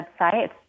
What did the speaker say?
website